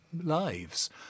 lives